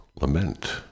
Lament